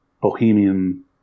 bohemian